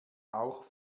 auch